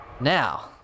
Now